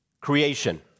creation